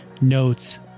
notes